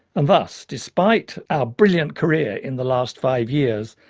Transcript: and thus, despite our brilliant career in the last five years,